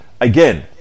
Again